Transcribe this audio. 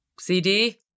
CD